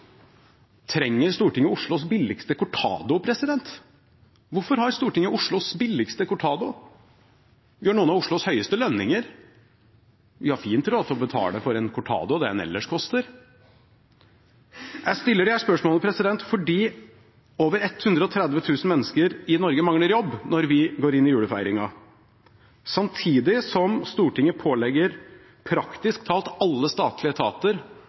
Hvorfor har Stortinget det? Vi har noen av Oslos høyeste lønninger og har fint råd til å betale det en cortado ellers koster. Jeg stiller dette spørsmålet fordi over 130 000 mennesker i Norge mangler jobb når vi går inn i julefeiringen, samtidig som Stortinget pålegger praktisk talt alle statlige etater